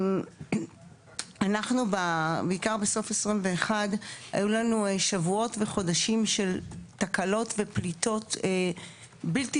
אנחנו בעיקר בסוף 21 היו לנו שבועות וחודשים של תקלות ופליטות בלתי